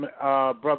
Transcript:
brother